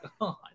God